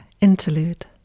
interlude